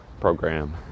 program